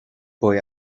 boy